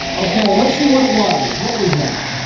okay let's see what it was. what was that?